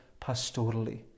pastorally